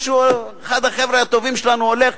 אחד החבר'ה הטובים שלנו הולך,